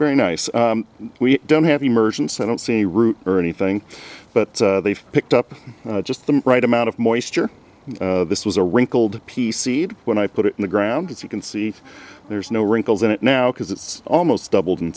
very nice we don't have emergency i don't see a route or anything but they've picked up just the right amount of moisture this was a wrinkled p c b when i put it in the ground as you can see there's no wrinkles in it now because it's almost doubled in